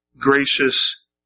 gracious